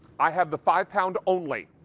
i have the five pound only.